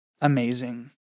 amazing